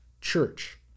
church